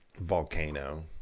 Volcano